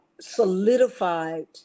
solidified